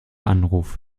anruf